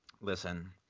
Listen